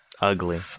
Ugly